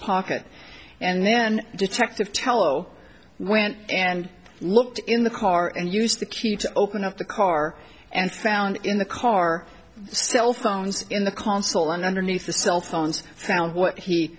pocket and then detective tello went and looked in the car and used the key to open up the car and found in the car cell phones in the consul and underneath the cell phones found what he